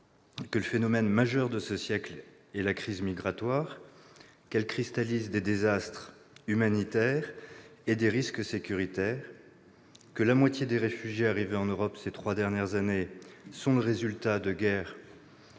que le phénomène majeur de ce siècle est la crise migratoire, que celle-ci cristallise des désastres humanitaires et des risques sécuritaires, que la moitié des réfugiés arrivés en Europe ces trois dernières années sont le résultat des guerres,